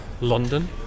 London